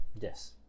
Yes